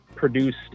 produced